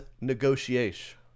negotiation